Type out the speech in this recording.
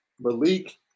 Malik